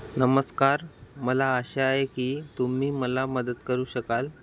नमस्कार मला अशा आहे की तुम्ही मला मदत करू शकाल